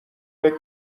فکر